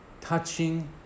touching